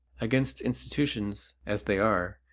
against institutions as they are,